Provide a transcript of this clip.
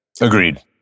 Agreed